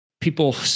people